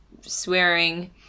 swearing